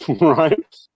Right